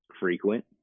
Frequent